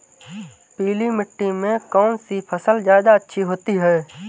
पीली मिट्टी में कौन सी फसल ज्यादा अच्छी होती है?